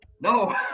No